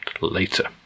later